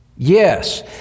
yes